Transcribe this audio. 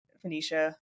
Phoenicia